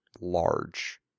large